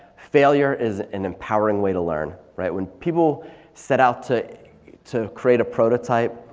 failure is an empowering way to learn. right when people set out to to create a prototype,